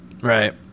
Right